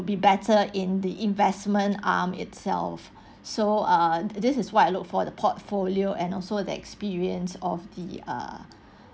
be better in the investment arm itself so err this is what I look for the portfolio and also the experience of the uh